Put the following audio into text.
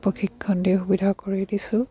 প্ৰশিক্ষণ কৰি সুবিধা কৰি দিছোঁ